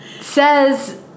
says